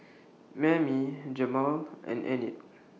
Mammie Jamaal and Enid